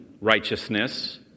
righteousness